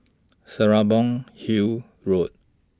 Serapong Hill Road